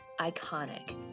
iconic